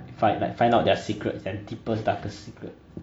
find like find out their secrets and deepest darkest secret